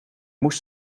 moest